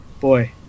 boy